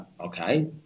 okay